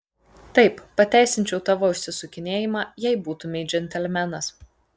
taip pateisinčiau tavo išsisukinėjimą jei būtumei džentelmenas